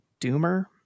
doomer